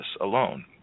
alone